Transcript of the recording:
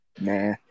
Nah